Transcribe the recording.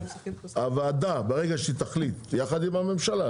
הוועדה ברגע שתחליט ביחד עם הממשלה,